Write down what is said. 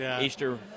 Easter